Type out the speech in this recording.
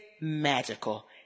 magical